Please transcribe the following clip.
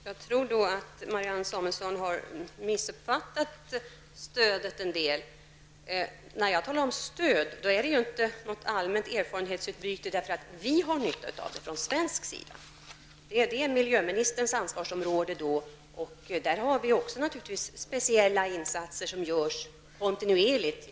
Fru talman! Jag tror att Marianne Samuelsson till en del har missuppfattat stödet. När jag talar om stöd är det inte fråga om något allmänt erfarenhetsutbyte som sätts in därför att vi från svensk sida har nytta av det. Det är miljöministerns ansvarsområde, och även där, i Östersjösammanhang, görs naturligtvis speciella insatser kontinuerligt.